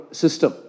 system